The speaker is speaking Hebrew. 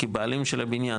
כבעלים של הבניין ,